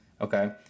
Okay